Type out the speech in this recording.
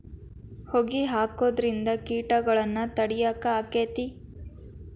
ಹೊಗಿ ಹಾಕುದ್ರಿಂದ ಕೇಟಗೊಳ್ನ ತಡಿಯಾಕ ಆಕ್ಕೆತಿ?